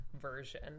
version